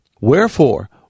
Wherefore